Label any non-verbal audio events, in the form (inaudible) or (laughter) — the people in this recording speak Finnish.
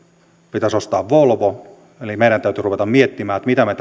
pitäisi ostaa volvo eli meidän täytyi ruveta miettimään mitä me (unintelligible)